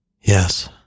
Yes